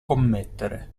commettere